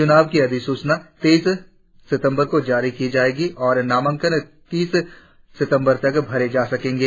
चनाव की अधिसुचना तेइस सितम्बर को जारी की जाएगी और नामांकन तीस सितम्बर तक भरे जा सकेंगे